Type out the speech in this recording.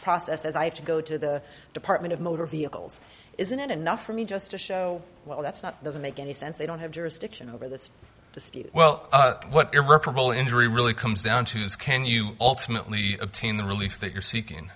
process as i have to go to the department of motor vehicles isn't it enough for me just to show well that's not doesn't make any sense they don't have jurisdiction over this dispute well what irreparable injury really comes down to this can you ultimately obtain the relief that you're seeking